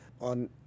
On